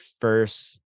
first